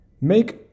make